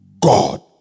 God